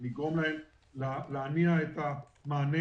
לגרום להם להניע את המענה.